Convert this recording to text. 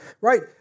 right